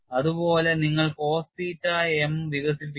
അതുപോലെ നിങ്ങൾ cos theta m വികസിപ്പിക്കുന്നു